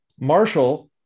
Marshall